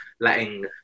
letting